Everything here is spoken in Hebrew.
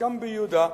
חלקם ביהודה,